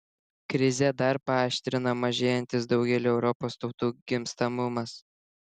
krizę dar paaštrina mažėjantis daugelio europos tautų gimstamumas